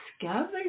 discover